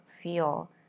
Feel